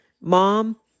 Mom